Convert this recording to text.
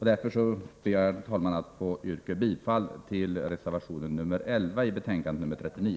Herr talman! Mot denna bakgrund ber jag att få yrka bifall till reservation nr 11 i betänkande nr 39.